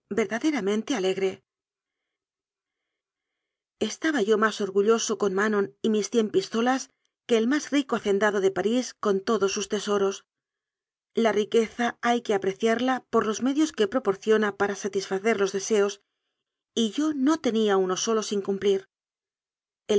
alegre estaba yo más orgulloso con manon y mis cien pistolas que el más rico hacendado de parís con todos sus tesoros la riqueza hay que apreciarla por los medios que proporciona para satisfacer los deseos y yo no tenía uno solo sin cumplir